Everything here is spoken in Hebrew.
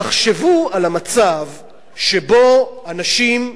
תחשבו על מצב שבו לאנשים יש,